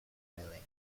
dialect